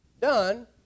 done